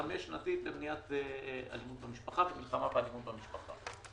חמש שנתית למניעת אלימות במשפחה ומלחמה באלימות במשפחה.